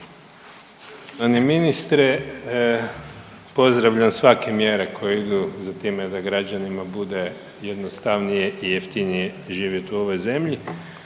ministre, pozdravljam svake mjere koje idu za time da građanima bude jednostavnije i jeftinije živjet u ovoj zemlji.